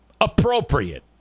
appropriate